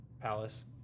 palace